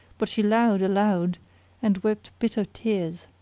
but she lowed aloud and wept bitter tears.